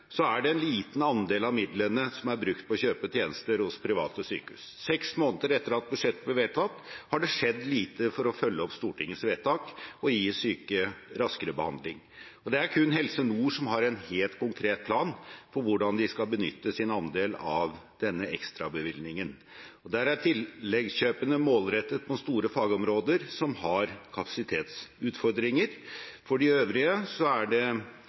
er det en liten andel av midlene som er brukt på å kjøpe tjenester hos private sykehus. Seks måneder etter at budsjettet ble vedtatt, har det skjedd lite for å følge opp Stortingets vedtak og gi syke raskere behandling. Det er kun Helse Nord som har en helt konkret plan for hvordan de skal benytte sin andel av denne ekstrabevilgningen. Der er tilleggskjøpene målrettet mot store fagområder som har kapasitetsutfordringer. For de øvrige er det